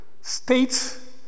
states